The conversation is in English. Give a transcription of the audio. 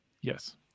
Yes